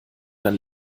dann